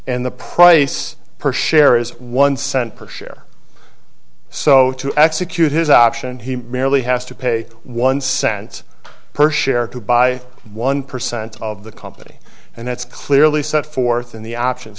and the price per share is one cent per share so to execute his option he merely has to pay one cents per share to buy one percent of the company and that's clearly set forth in the options